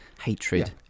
hatred